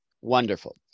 Wonderful